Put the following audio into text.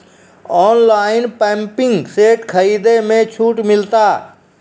Online pumping set खरीदारी मे छूट मिलता?